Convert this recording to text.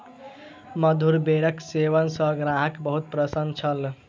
मधुर बेरक सेवन सॅ ग्राहक बहुत प्रसन्न छल